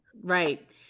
right